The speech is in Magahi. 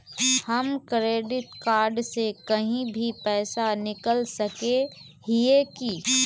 हम क्रेडिट कार्ड से कहीं भी पैसा निकल सके हिये की?